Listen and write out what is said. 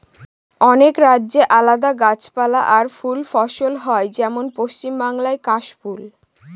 অনেক রাজ্যে আলাদা গাছপালা আর ফুল ফসল হয় যেমন পশ্চিম বাংলায় কাশ ফুল